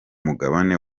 mugabane